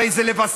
הרי זה לווסת.